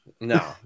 No